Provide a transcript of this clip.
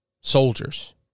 soldiers